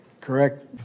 correct